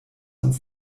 uns